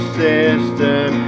system